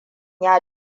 ya